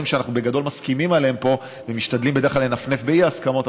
שאנחנו בגדול מסכימים עליהם פה ומשתדלים בדרך כלל לנפנף באי-הסכמות,